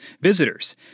visitors